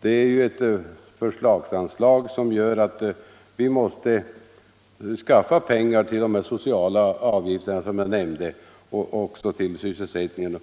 Det är ju ett förslagsanslag, vilket betyder att vi måste skaffa pengar till de här sociala avgifterna, som jag talade om tidigare, och till sysselsättningen.